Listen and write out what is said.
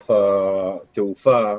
ענף התעופה.